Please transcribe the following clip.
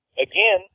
again